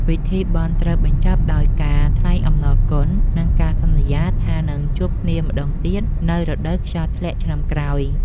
ពិធីបុណ្យត្រូវបញ្ចប់ដោយការថ្លែងអំណរគុណ និងការសន្យាថានឹងជួបគ្នាម្ដងទៀតនៅរដូវខ្យល់ធ្លាក់ឆ្នាំក្រោយ។